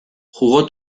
jugó